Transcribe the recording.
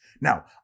Now